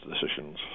decisions